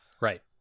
right